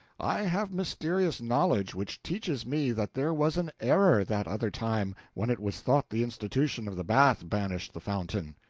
i have mysterious knowledge which teaches me that there was an error that other time when it was thought the institution of the bath banished the fountain.